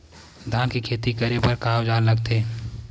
धान के खेती करे बर का औजार लगथे?